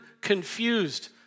confused